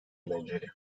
eğlenceli